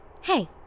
Hey